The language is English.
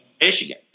Michigan